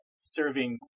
serving